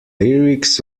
lyrics